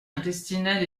intestinales